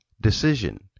decision